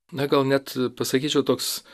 na gal net pasakyčiau toks